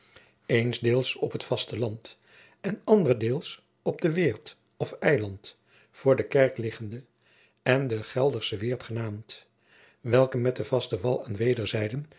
eensdeels op het vaste land en anderdeels op den weert of eiland voor de kerk liggende en den gelderschen weert genaamd welke met den vasten wal aan